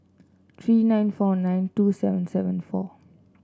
three nine four nine two seven seven four